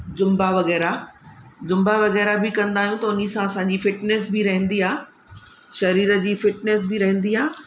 Zumba वग़ैरह Zumba वग़ैरह बि कंदा आहियूं त उनी सां असांजी फ़िटनिस बि रहंदी आहे शरीर जी फ़िटिनेस बि रहंदी आहे